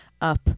up